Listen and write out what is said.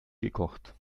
gekocht